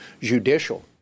judicial